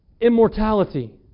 immortality